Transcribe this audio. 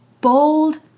bold